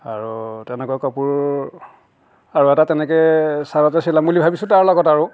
আৰু তেনেকুৱা কাপোৰ আৰু এটা তেনেকৈ চাৰ্ট এটা চিলাম বুলি ভাবিছোঁ তাৰ লগত আৰু